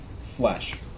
flesh